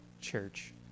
church